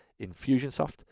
Infusionsoft